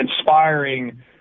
inspiring